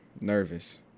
nervous